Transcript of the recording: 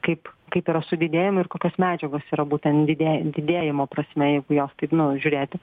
kaip kaip yra su didėjimu ir kokios medžiagos yra būtent didė didėjimo prasme jeigu į juos taip nu žiūrėti